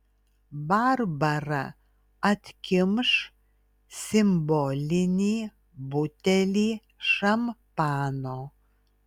barbara atkimš simbolinį butelį šampano